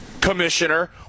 commissioner